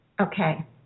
okay